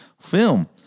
Film